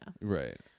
right